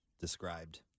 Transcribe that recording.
described